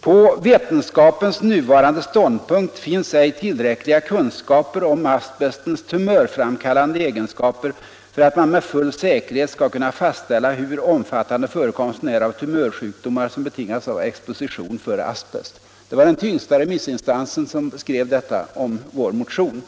”På vetenskapens nuvarande ståndpunkt finns ej tillräckliga kunskaper om asbestens tumörframkallande egenskaper för att man med full säkerhet skall kunna fastställa hur omfattande förekomsten är av tumörsjukdomar som betingas av exposition för asbest.” — Det var den tyngsta remissinstansen som skrev detta om vår motion.